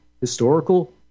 historical